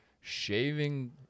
shaving